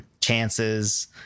chances